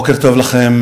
בוקר טוב לכם,